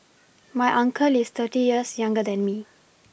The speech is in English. my uncle is thirty years younger than me